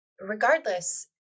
regardless